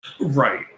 Right